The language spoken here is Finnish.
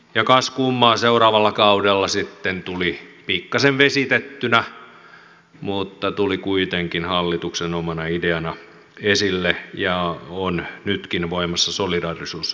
ja kas kummaa seuraavalla kaudella se sitten tuli pikkaisen vesitettynä mutta tuli kuitenkin hallituksen omana ideana esille ja on nytkin voimassa solidaarisuusverona